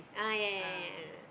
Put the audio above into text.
ah yeah yeah yeah yeah yeah ah